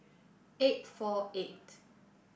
eight four eight